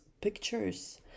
pictures